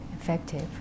effective